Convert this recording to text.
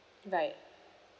right